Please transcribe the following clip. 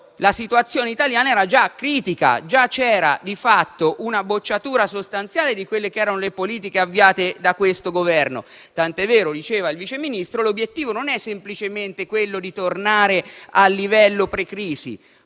la situazione italiana era già critica e c'era già una bocciatura sostanziale delle politiche avviate da questo Governo. Tanto è vero - diceva il Vice Ministro - che l'obiettivo non è semplicemente quello di tornare al livello *pre* crisi,